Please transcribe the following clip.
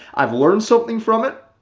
i've learned something from it.